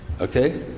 Okay